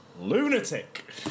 lunatic